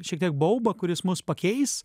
šitiek baubą kuris mus pakeis